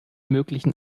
möglichen